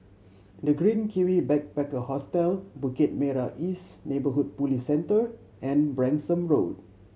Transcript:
The Green Kiwi Backpacker Hostel Bukit Merah East Neighbourhood Police Centre and Branksome Road